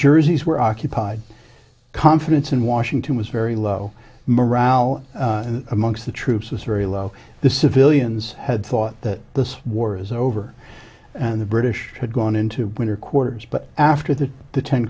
jerseys were occupied confidence in washington was very low morale amongst the troops was very low the civilians had thought that the war is over and the british had gone into winter quarters but after th